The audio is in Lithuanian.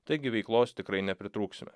taigi veiklos tikrai nepritrūksime